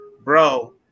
bro